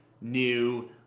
new